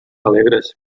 alegres